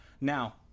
Now